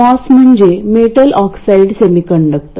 MOS म्हणजे metal oxide semiconductor